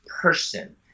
person